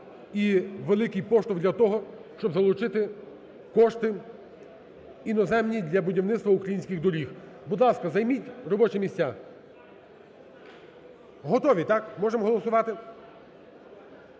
і великий поштовх для того, щоб залучити кошти іноземні для будівництва українських доріг. Будь ласка, займіть робочі місця. Готові, так, можемо голосувати?